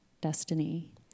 destiny